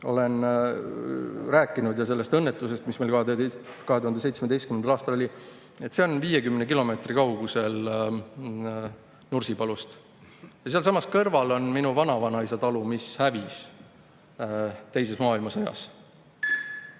olen rääkinud sellest õnnetusest, mis meil 2017. aastal oli, on 50 kilomeetri kaugusel Nursipalust. Sealsamas kõrval on minu vanavanaisa talu, mis hävis teises maailmasõjas.